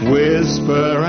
Whisper